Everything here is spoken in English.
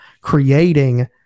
creating